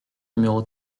numéro